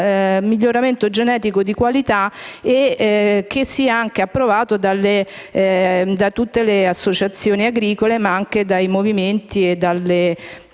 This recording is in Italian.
miglioramento genetico di qualità, che sia approvato da tutte le associazioni agricole, dai movimenti e dalle